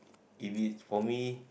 if is for me